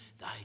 thy